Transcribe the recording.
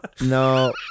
No